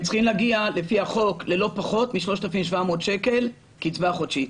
הם צריכים להגיע לפי החוק ללא פחות מ-3,700 שקל קצבה חודשית.